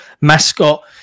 mascot